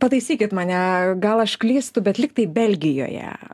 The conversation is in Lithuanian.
pataisykit mane gal aš klystu bet lyg tai belgijoje